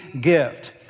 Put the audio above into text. gift